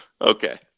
Okay